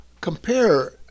Compare